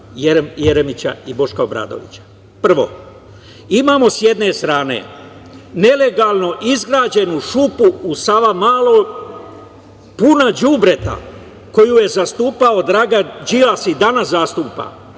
Jeremića i Boška Obradovića. Prvo, imamo sa jedne strane nelegalno izgrađenu šupu u Savamali punu đubreta, koju je zastupao Dragan Đilas i danas zastupa,